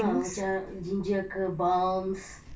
ah macam ginger ke balms